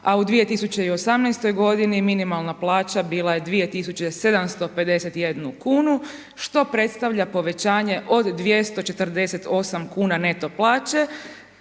a u 2018. godini minimalna plaća bila je 2.751 kunu što predstavlja povećanje od 248 kuna neto plaće